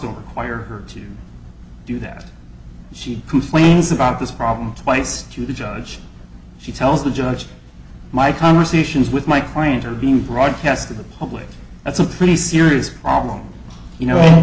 will require her to do that she complains about this problem twice to the judge she tells the judge my conversations with my client are being broadcast to the public that's a pretty serious problem you know